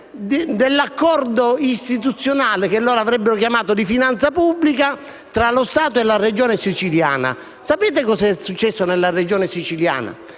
dell'accordo istituzionale, che loro avrebbero chiamato di finanza pubblica, tra lo Stato e la Regione siciliana. Sapete cosa è accaduto nella Regione siciliana?